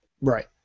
right